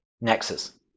Nexus